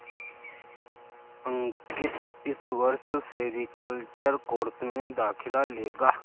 अंकित इस वर्ष sericulture course में दाखिला लेगा